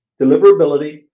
deliverability